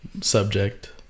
subject